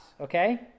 Okay